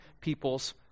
people's